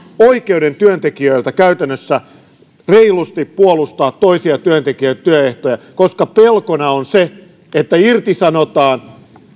oikeuden työntekijöiltä reilusti puolustaa toisia työntekijöitä ja työehtoja koska pelkona on se että irtisanotaan